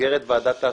במסגרת ועדת ההסכמות.